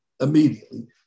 immediately